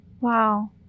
Wow